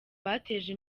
bateje